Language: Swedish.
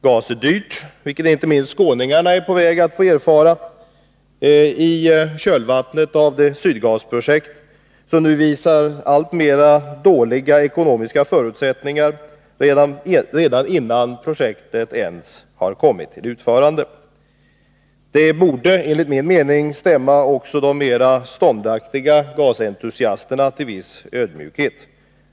Gas är dyrt, vilket inte minst skåningarna är på väg att få erfara i anslutning till Sydgasprojektet, som nu visar allt sämre ekonomiska förutsättningar redan innan projektet ens har kommit till utförande. Det borde, enligt min mening, stämma också de mest ståndaktiga gasentusiasterna till viss ödmjukhet.